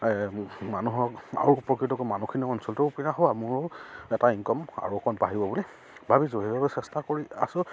মানুহক আৰু উপকৃত মানুহখিনি আৰু অঞ্চলটোৰো কিবা হোৱা মোৰো এটা ইনকম আৰু অকণ বাঢ়িব বুলি ভাবিছোঁ সেইবাবে চেষ্টা কৰি আছোঁ